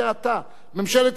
ממשלת ישראל ענתה.